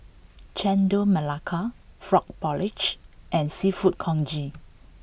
Chendol Melaka Frog Porridge and seafood Congee